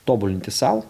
tobulinti sau